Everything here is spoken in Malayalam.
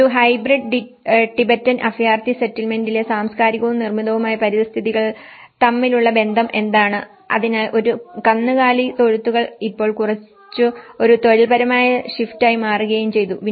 ഒരു ഹൈബ്രിഡ് ടിബറ്റൻ അഭയാർത്ഥി സെറ്റിൽമെന്റിലെ സാംസ്കാരികവും നിർമ്മിതവുമായ പരിതസ്ഥിതികൾ തമ്മിലുള്ള ബന്ധം എന്താണ് അതിനാൽ കന്നുകാലി തൊഴുത്തുകൾ ഇപ്പോൾ കുറച്ചു ഒരു തൊഴിൽപരമായ ഷിഫ്റ്റായി മാറുകയും ചെയ്തു